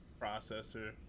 processor